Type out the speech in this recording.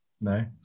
no